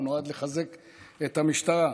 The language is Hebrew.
הוא נועד לחזק את המשטרה.